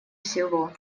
всего